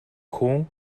хүн